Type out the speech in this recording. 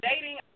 dating